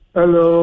Hello